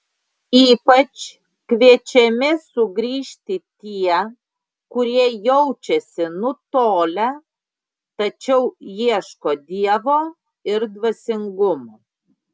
ypač kviečiami sugrįžti tie kurie jaučiasi nutolę tačiau ieško dievo ir dvasingumo